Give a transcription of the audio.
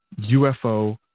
UFO